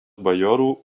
bajorų